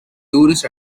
tourist